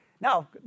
now